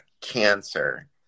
cancer